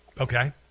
okay